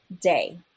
day